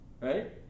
Right